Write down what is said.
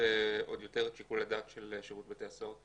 עוד יותר את שיקול הדעת של שירות בתי הסוהר,